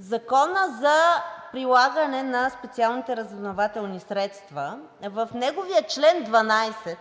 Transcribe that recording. Законът за прилагане на специалните разузнавателни средства – неговият чл. 12,